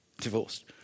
divorced